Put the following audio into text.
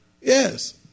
Yes